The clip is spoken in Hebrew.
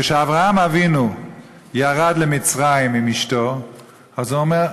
כשאברהם אבינו ירד למצרים עם אשתו הוא אומר: